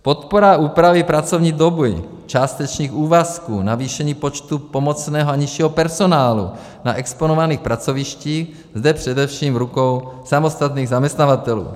Podpora úpravy pracovní doby, částečných úvazků, navýšení počtu pomocného a nižšího personálu na exponovaných pracovištích, zde především v rukou samostatných zaměstnavatelů.